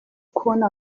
kubona